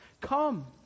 Come